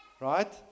right